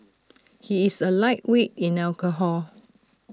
he is A lightweight in alcohol